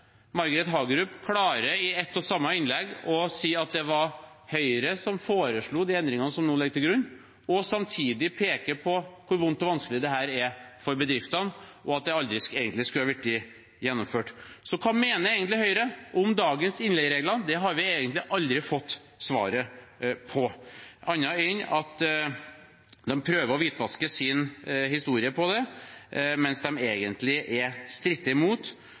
Margret Hagerup klarer i ett og samme innlegg å si at det var Høyre som foreslo de endringene som nå ligger til grunn, og samtidig peke på hvor vondt og vanskelig dette er for bedriftene, og at det aldri egentlig skulle vært gjennomført. Så hva mener Høyre om dagens innleieregler? Det har vi egentlig aldri fått svar på, annet enn at de prøver å hvitvaske sin historie om det, mens de egentlig stritter imot og er